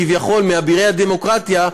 כביכול מאבירי הדמוקרטיה,